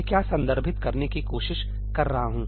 मैं क्या संदर्भित करने की कोशिश कर रहा हूं